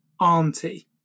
auntie